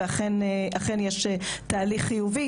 ואכן יש תהליך חיובי.